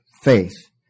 faith